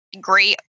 great